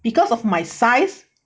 because of my size